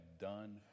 done